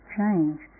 change